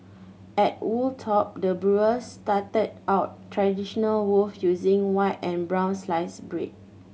at Wold Top the brewers started out traditional loave using white and brown sliced bread